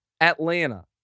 Atlanta